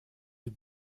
sie